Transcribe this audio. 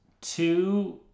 two